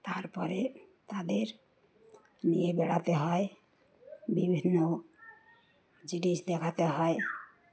তারপরে তাদের নিয়ে বেড়াতে হয় বিভিন্ন জিনিস দেখাতে হয়